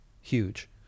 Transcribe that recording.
huge